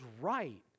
right